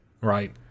right